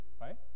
Right